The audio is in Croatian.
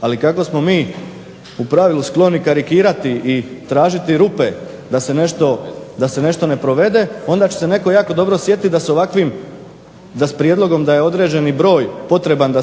Ali kako smo mi u pravilu skloni karikirati i tražiti rupe da se nešto ne provede onda će se netko jako dobro sjetit da se ovakvim, da s prijedlogom da je određeni broj potreban da